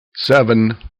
seven